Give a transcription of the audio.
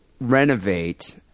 renovate